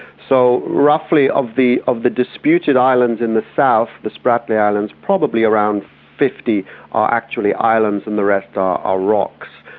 so roughly, of the of the disputed islands in the south, the spratly islands, probably around fifty are actually islands and the rest are rocks.